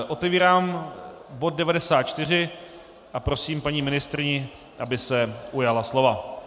Otevírám bod 94 a prosím paní ministryni, aby se ujala slova.